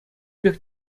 пек